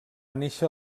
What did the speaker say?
néixer